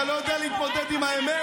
אתה לא יודע להתמודד עם האמת?